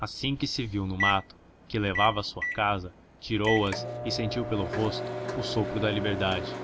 assim que se viu no mato que levava a sua casa tirou as e sentiu pelo rosto o sopro da liberdade